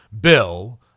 Bill